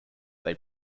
they